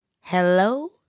Hello